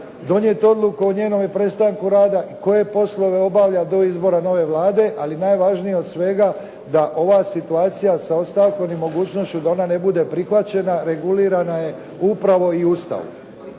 donijeti odluku o njenom prestanku rada i koje poslove obavlja do izbora nove Vlade ali najvažnije od svega je da ova situacija sa ostavkom i mogućnošću da ona ne bude prihvaćena regulirana je upravo i u Ustavu.